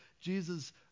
Jesus